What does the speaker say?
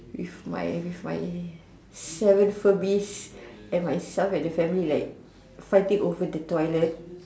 with my with my seven families and myself and the family fighting over the toilet